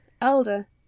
Elder